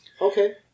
Okay